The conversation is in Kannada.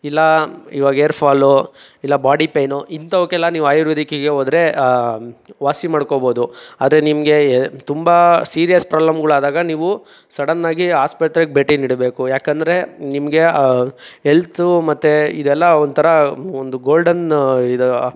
ಇಲ್ಲ ಇವಾಗ ಏರ್ ಫಾಲು ಇಲ್ಲ ಬಾಡಿ ಪೈನು ಇಂಥವ್ಕೆಲ್ಲ ನೀವು ಆಯುರ್ವೇದಿಕ್ಕಿಗೆ ಹೋದ್ರೆ ವಾಸಿ ಮಾಡ್ಕೊಬೋದು ಆದರೆ ನಿಮಗೆ ತುಂಬ ಸೀರಿಯಸ್ ಪ್ರಾಬ್ಲಮ್ಗಳಾದಾಗ ನೀವು ಸಡನ್ನಾಗಿ ಆಸ್ಪತ್ರೆಗೆ ಭೇಟಿ ನೀಡಬೇಕು ಯಾಕಂದರೆ ನಿಮಗೆ ಎಲ್ತು ಮತ್ತು ಇದೆಲ್ಲ ಒಂಥರ ಒಂದು ಗೋಲ್ಡನ್ ಇದು